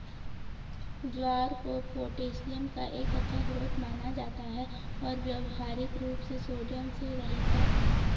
ज्वार को पोटेशियम का एक अच्छा स्रोत माना जाता है और व्यावहारिक रूप से सोडियम से रहित है